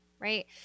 Right